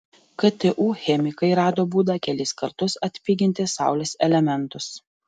ktu chemikai rado būdą kelis kartus atpiginti saulės elementus